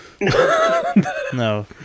No